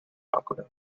aqueduct